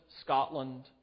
Scotland